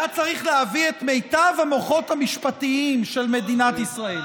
היה צריך להביא את מיטב המוחות המשפטיים של מדינת ישראל,